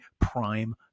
prime